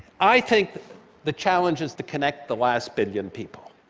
i think the challenge is to connect the last billion people,